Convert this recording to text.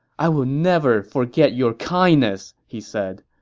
i will never forget your kindness! he said.